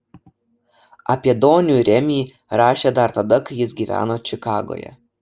apie donių remį rašė dar tada kai jis gyveno čikagoje